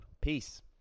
Peace